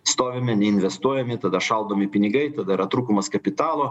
stovime neinvestuojami tada šaldomi pinigai tada yra trūkumas kapitalo